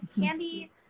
candy